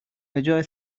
بجای